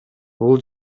бул